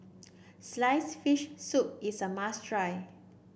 sliced fish soup is a must try